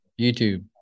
YouTube